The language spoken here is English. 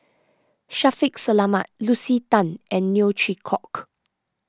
Shaffiq Selamat Lucy Tan and Neo Chwee Kok